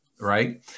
right